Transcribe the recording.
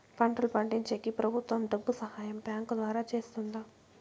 పంటలు పండించేకి ప్రభుత్వం డబ్బు సహాయం బ్యాంకు ద్వారా చేస్తుందా?